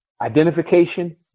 identification